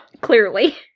Clearly